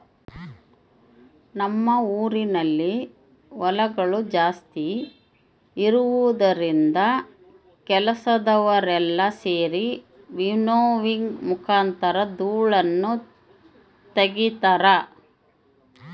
ನಮ್ಮ ಊರಿನಲ್ಲಿ ಹೊಲಗಳು ಜಾಸ್ತಿ ಇರುವುದರಿಂದ ಕೆಲಸದವರೆಲ್ಲ ಸೆರಿ ವಿನ್ನೋವಿಂಗ್ ಮುಖಾಂತರ ಧೂಳನ್ನು ತಗಿತಾರ